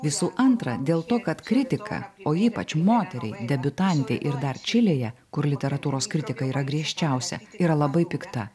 visų antra dėl to kad kritika o ypač moteriai debiutantei ir dar čilėje kur literatūros kritika yra griežčiausia yra labai pikta